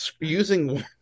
using